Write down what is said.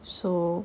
so